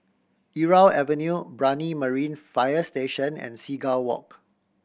Irau Avenue Brani Marine Fire Station and Seagull Walk